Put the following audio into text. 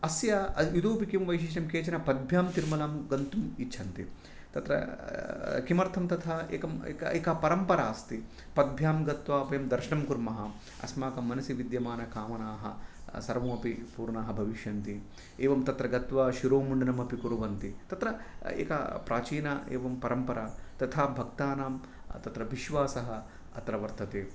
अस्य निरुपिकं वैशिष्यं केचन पद्भ्यां तिरुमलं गन्तुम् इच्छन्ति तत्र किमर्थं तथा एकम् एका परम्परा अस्ति पद्भ्यां गत्वा वयं दर्शं कुर्मः अस्माकं मनसि विद्यमानकामनाः सर्वम् अपि पूर्णाः भविष्यन्ति एवं तत्र गत्वा शिरोमुण्डनम् अपि कुर्वन्ति तत्र एका प्राचीना एवं परम्परा तथा भक्तानां तत्र विश्वासः अत्र वर्तते